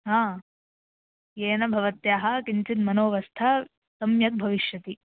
हा येन भवत्याः किञ्चित् मनोवस्था सम्यक् भविष्यति